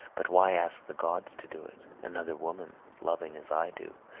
but why ask the gods to do it? another woman, loving as i do,